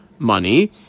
Money